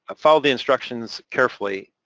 ah follow the instructions carefully.